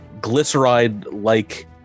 glyceride-like